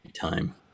time